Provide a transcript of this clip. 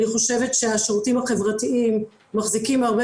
אני חושבת שהשירותים החברתיים מחזיקים הרבה